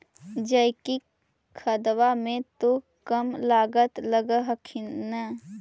जैकिक खदबा मे तो कम लागत लग हखिन न?